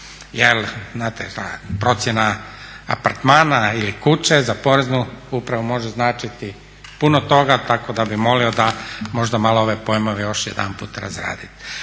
Jel znate da procjena apartmana ili kuće za poreznu upravo može značiti puno toga, tako da bi molio da možda malo ove pojmove još jedanput razradite.